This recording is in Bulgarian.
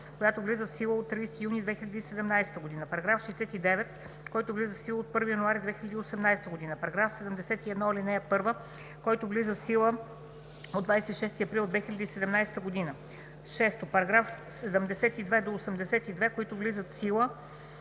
която влиза в сила от 30 юни 2017 г.; 4. параграф 69, който влиза в сила от 1 януари 2018 г.; 5. параграф 71, ал. 1, който влиза в сила от 26 април 2017 г.; 6. параграфи 72 - 82, които влизат в сила